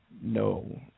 No